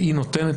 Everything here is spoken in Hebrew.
והיא נותנת?